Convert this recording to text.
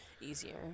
easier